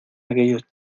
aquellos